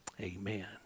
Amen